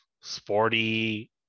sporty